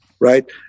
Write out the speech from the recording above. right